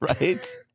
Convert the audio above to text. Right